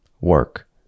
work